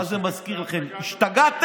מה זה מזכיר לכם: השתגעתם,